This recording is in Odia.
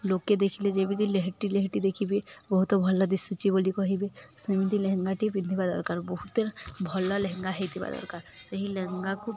ଲୋକେ ଦେଖିଲେ ଯେମିତି ଲେହେଟି ଲେହେଟି ଦେଖିବେ ବହୁତ ଭଲ ଦିଶୁଛି ବୋଲି କହିବେ ସେମିତି ଲେହେଙ୍ଗାଟି ପିନ୍ଧିବା ଦରକାର ବହୁତ ଭଲ ଲେହେଙ୍ଗା ହେଇଥିବା ଦରକାର ସେହି ଲେହେଙ୍ଗାକୁ